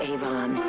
Avon